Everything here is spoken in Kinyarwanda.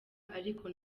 ariko